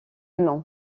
long